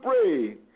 pray